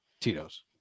Tito's